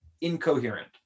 incoherent